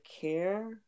care